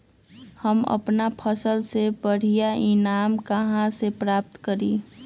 हम अपन फसल से बढ़िया ईनाम कहाँ से प्राप्त करी?